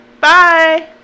bye